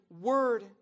word